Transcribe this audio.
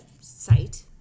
site